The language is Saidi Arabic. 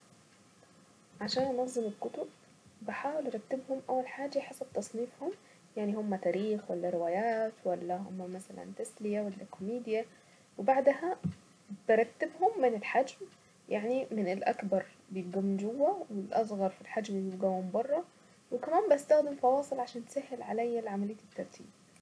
عشان انظم الكتب بحاول ارتبهم اول حاجة يحطوا تصنيفهم يعني هم تاريخ ولا روايات ولا هم مثلا تسلية ولا كوميديا وبعدها برتبهم من الحجم يعني من الاكبر بيكون جوا والاصغر في الحجم اللي بتكون برا وكمان بستخدم فواصل عشان يكون تسهل لعملية التخزين.